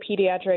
pediatric